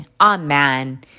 Amen